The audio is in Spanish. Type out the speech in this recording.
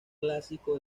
clásico